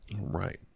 right